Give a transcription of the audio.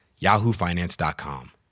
yahoofinance.com